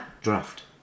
Draft